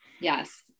Yes